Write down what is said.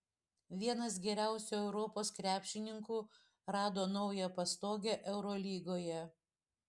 vienas geriausių europos krepšininkų rado naują pastogę eurolygoje